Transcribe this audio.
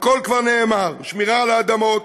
הכול כבר נאמר, שמירה על האדמות,